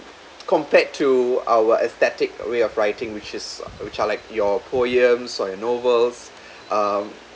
compared to our aesthetic way of writing which is which are like your poems or your novels um